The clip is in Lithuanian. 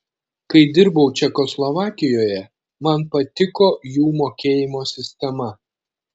kai dirbau čekoslovakijoje man patiko jų mokėjimo sistema